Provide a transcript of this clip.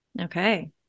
Okay